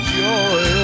joy